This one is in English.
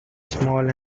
small